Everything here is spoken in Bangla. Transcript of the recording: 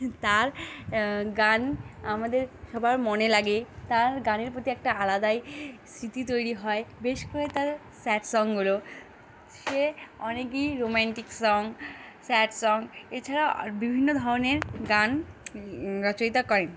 তার গান আমাদের সবার মনে লাগে তার গানের প্রতি একটা আলাদাই স্মৃতি তৈরি হয় বেশ করে তার স্যাড সংগুলো সে অনেকই রোম্যান্টিক সং স্যাড সং এছাড়াও বিভিন্ন ধরনের গান রচরিতা করেন